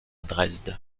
dresde